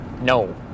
No